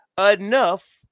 enough